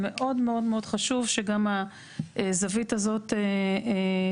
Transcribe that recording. מאוד מאוד חשוב שגם הזווית הזאת תוצג.